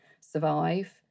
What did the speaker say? survive